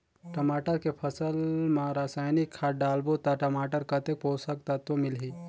टमाटर के फसल मा रसायनिक खाद डालबो ता टमाटर कतेक पोषक तत्व मिलही?